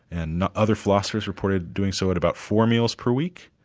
and other philosophers reported doing so at about four meals per week,